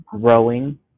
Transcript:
growing